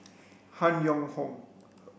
Han Yong Hong